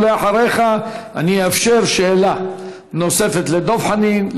ואחריך אני אאפשר שאלה נוספת לדב חנין,